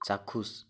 চাক্ষুষ